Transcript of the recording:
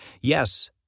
Yes